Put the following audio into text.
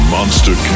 Monster